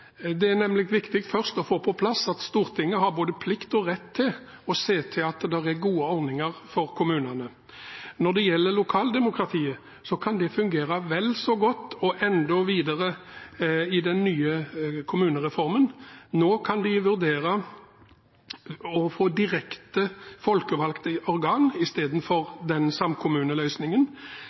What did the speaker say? Det er nemlig viktig først å få på plass at Stortinget har både plikt og rett til å se til at det er gode ordninger for kommunene. Når det gjelder lokaldemokratiet, kan det fungere vel så godt og enda bedre i den nye kommunereformen. Nå kan de vurdere å få direkte folkevalgte organ istedenfor samkommuneløsningen,